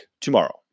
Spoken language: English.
tomorrow